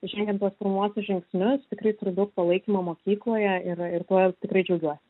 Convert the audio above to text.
žengiant tuos pirmuosius žingsnius tikrai turiu daug palaikymo mokykloje ir ir tuo tikrai džiaugiuos